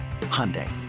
Hyundai